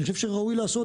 אני חושב שראוי לעשות.